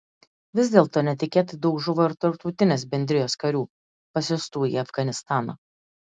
vis dėlto netikėtai daug žūva ir tarptautinės bendrijos karių pasiųstų į afganistaną